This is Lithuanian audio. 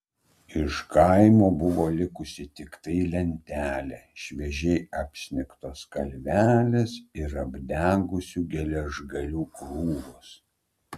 iš kaimo buvo likusi tiktai lentelė šviežiai apsnigtos kalvelės ir apdegusių geležgalių krūvos